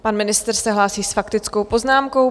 Pan ministr se hlásí s faktickou poznámkou.